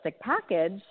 package